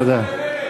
תודה.